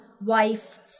wife